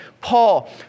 Paul